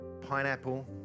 pineapple